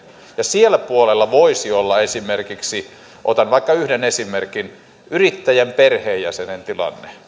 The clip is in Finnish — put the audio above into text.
ja sillä puolella voisi olla esimerkiksi otan vaikka yhden esimerkin yrittäjän perheenjäsenen tilanne